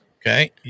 Okay